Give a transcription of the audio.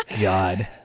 God